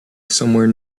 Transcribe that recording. somewhere